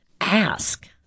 Ask